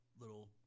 little